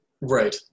Right